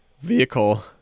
vehicle